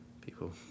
people